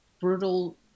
brutal